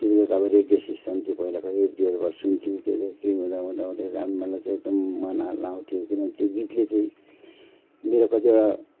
त्यति बेला त अबो रेडियो सिस्टम थियो पहिलाको रेडियोहरूबाट सुन्थ्यौँ के अरे त्यो हुँदा हुँदै हुँदै त मलाई चाहिँ एकदम मन लाउँथ्यो किनभने त्यो गीतले चाहिँ मेरो कतिवटा